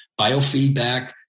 biofeedback